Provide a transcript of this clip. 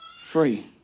free